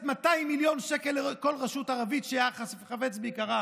200 מיליון שקלים לכל רשות ערבית שהיו חפצים ביקרה.